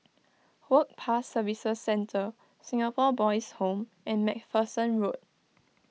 Work Pass Services Centre Singapore Boys' Home and MacPherson Road